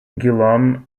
guillaume